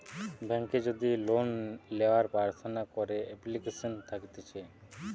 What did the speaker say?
বেংকে যদি লোন লেওয়ার প্রার্থনা করে এপ্লিকেশন থাকতিছে